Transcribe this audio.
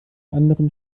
anderen